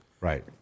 Right